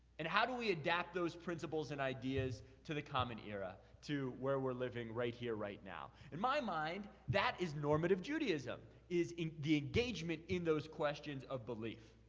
and how do we adapt those principles and ideas to the common era? to where we're living right here, right now? in my mind, that is normative judaism, is the engagement in those questions of belief.